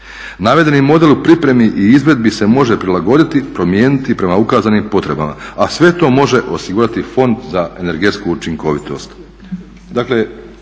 Navedeni model u pripremi i izvedbi se može prilagoditi i promijeniti prema ukazanim potrebama, a sve to može osigurati Fond za energetsku učinkovitost.